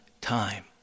time